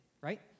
Right